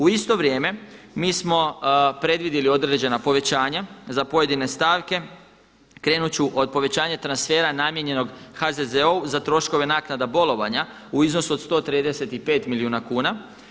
U isto vrijeme mi smo predvidjeli određena povećanja za pojedine stavke, krenut ću od povećanja transfera namijenjenog HZZO-u za troškove naknada bolovanja u iznosu od 135 milijuna kuna.